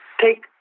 take